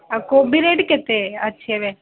ଆଉ କୋବି ରେଟ୍ କେତେ ଅଛି ଏବେ